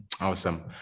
Awesome